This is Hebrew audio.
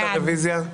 הצבעה בעד 3 נגד